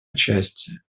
участие